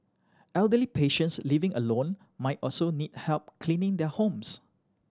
elderly patients living alone might also need help cleaning their homes